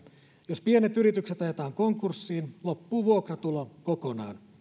jos pienet yritykset ajetaan konkurssiin loppuu vuokratulo kokonaan